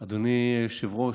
אדוני היושב-ראש,